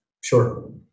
Sure